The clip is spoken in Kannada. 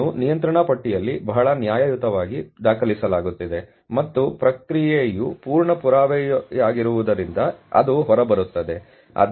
ಇದನ್ನು ನಿಯಂತ್ರಣ ಪಟ್ಟಿಯಲ್ಲಿ ಬಹಳ ನ್ಯಾಯಯುತವಾಗಿ ದಾಖಲಿಸಲಾಗುತ್ತಿದೆ ಮತ್ತು ಪ್ರಕ್ರಿಯೆಯು ಪೂರ್ಣ ಪುರಾವೆಯಾಗಿರುವುದರಿಂದ ಅದು ಹೊರಬರುತ್ತದೆ